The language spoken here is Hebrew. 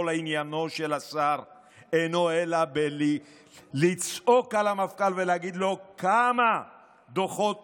כל עניינו של השר אינו אלא לצעוק על המפכ"ל ולהגיד לו: כמה דוחות